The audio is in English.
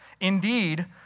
Indeed